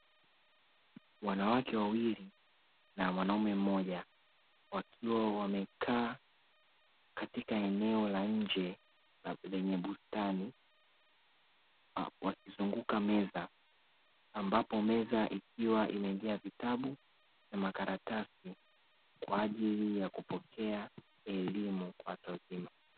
Wanawake wawili na mwanaume mmoja, wakiwa wamekaa katika eneo la nje lenye bustani; wakizunguka meza ambapo meza ikiwa imejaa vitabu na makaratasi, kwa ajili ya kupokea elimu kwa watu wazima.